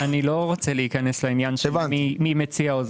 אני לא רוצה להיכנס לעניין של מי מציע אבל